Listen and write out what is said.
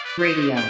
radio